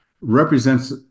represents